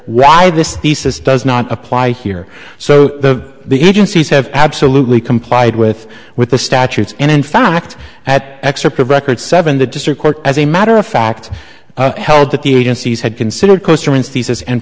why this thesis does not apply here so the the agencies have absolutely complied with with the statutes and in fact at excerpt of record seven the district court as a matter of fact held that the agencies had considered coaster instances and